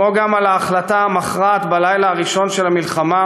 כמו גם על ההחלטה המכרעת בלילה הראשון של המלחמה